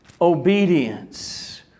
obedience